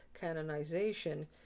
canonization